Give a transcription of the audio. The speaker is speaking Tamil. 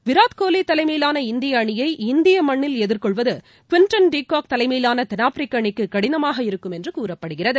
விராட் கோலி தலைமயிலான இந்திய அணியை இந்திய மண்ணில் எதிர்கொள்வது க்வின்டன் டி காக் தலைமையிலான தென்னாப்பிரிக்க அணிக்கு கடினமாக இருக்கும் என்று கூறப்படுகிறது